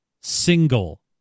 single